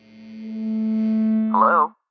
Hello